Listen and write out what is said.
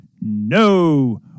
no